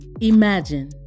Imagine